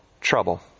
trouble